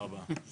תודה רבה.